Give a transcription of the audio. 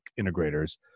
integrators